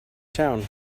town